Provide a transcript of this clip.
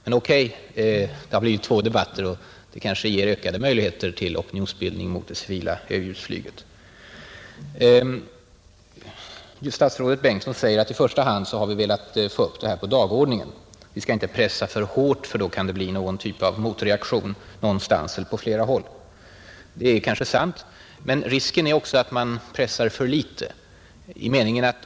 Men nu blir det två debatter — och det kanske ger ökade möjligheter till opinionsbildning mot överljudsflyget. Statsrådet Bengtsson sade att regeringen i första hand har velat få upp den här frågan på dagordningen för FN-konferensen. Men vi bör enligt hans uppfattning inte ”pressa för hårt”, ty då kan det bli någon form av motreaktion någonstans eller på flera håll. Det är kanske sant, men risken är att man pressar för litet.